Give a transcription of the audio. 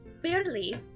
Clearly